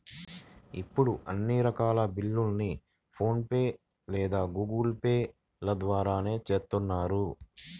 ఇప్పుడు అన్ని రకాల బిల్లుల్ని ఫోన్ పే లేదా గూగుల్ పే ల ద్వారానే చేత్తన్నారు